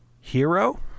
Hero